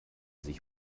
sich